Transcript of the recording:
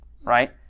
right